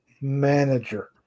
manager